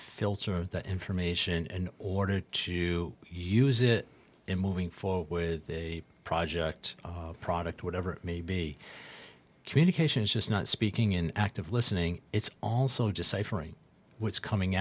filter that information and order to use it in moving forward with a project product whatever it may be communication is just not speaking in active listening it's also just say for what's coming